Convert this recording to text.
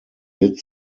did